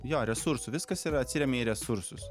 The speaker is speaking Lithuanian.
jo resursų viskas yra atsiremia į resursus